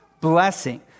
blessing